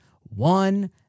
One